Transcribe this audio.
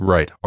Right